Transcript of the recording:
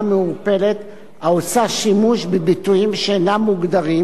מעורפלת העושה שימוש בביטויים שאינם מוגדרים,